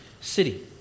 city